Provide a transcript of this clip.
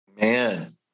Man